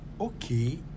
okay